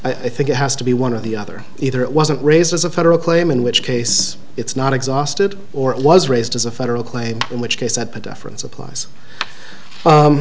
review i think it has to be one of the other either it wasn't raised as a federal claim in which case it's not exhausted or it was raised as a federal claim in which case that pedestrians applies